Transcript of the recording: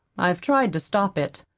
i've tried to stop it.